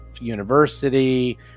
university